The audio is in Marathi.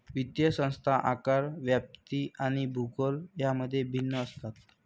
वित्तीय संस्था आकार, व्याप्ती आणि भूगोल यांमध्ये भिन्न असतात